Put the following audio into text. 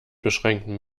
beschränkten